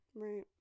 right